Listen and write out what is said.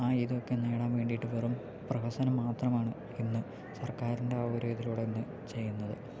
ആ ഇതൊക്കെ നേടാൻ വേണ്ടിയിട്ട് വെറും പ്രഹസനം മാത്രമാണ് ഇന്നും സർക്കാരിൻ്റെ ഒരിതിലൂടെ ഇന്ന് ചെയ്യുന്നത്